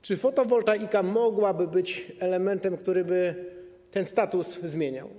Czy fotowoltaika mogłaby być elementem, który by ten status zmieniał?